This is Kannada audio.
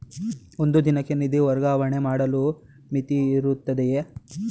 ಒಂದು ದಿನಕ್ಕೆ ನಿಧಿ ವರ್ಗಾವಣೆ ಮಾಡಲು ಮಿತಿಯಿರುತ್ತದೆಯೇ?